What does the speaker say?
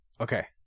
okay